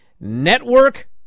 network